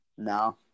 No